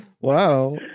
Wow